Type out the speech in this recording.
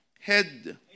head